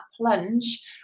plunge